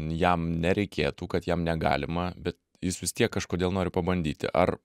jam nereikėtų kad jam negalima bet jis vis tiek kažkodėl nori pabandyti ar